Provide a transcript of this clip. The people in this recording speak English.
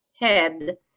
head